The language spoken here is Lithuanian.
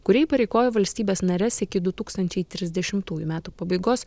kuri įpareigoja valstybes nares iki du tūkstančiai trisdešimtųjų metų pabaigos